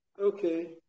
Okay